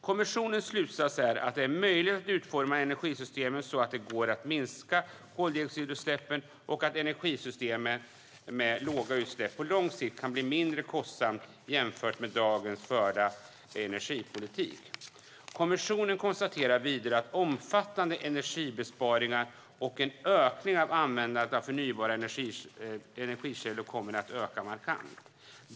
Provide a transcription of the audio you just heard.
Kommissionens slutsats är att det är möjligt att utforma energisystemet så att det går att minska koldioxidutsläppen och att energisystem med låga utsläpp på lång sikt kan bli mindre kostsamt jämfört med dagens förda energipolitik. Kommissionen konstaterar vidare att omfattande energibesparingar kommer att ske och att användandet av förnybara energikällor kommer att öka markant.